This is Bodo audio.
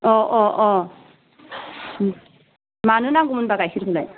अ अ अ मानो नांगौमोनबा गाइखेरखौलाय